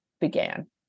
began